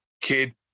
kid